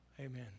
Amen